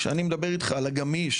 כשאני מדבר איתך על הגמיש,